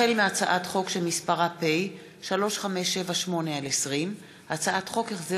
החל בהצעת חוק פ/3578/20 וכלה בהצעת חוק פ/3601/20,